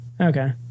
Okay